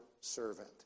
servant